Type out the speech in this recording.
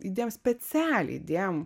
įdėjom specialiai įdėjom